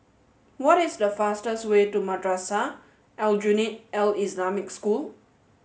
what is the fastest way to Madrasah Aljunied Al Islamic School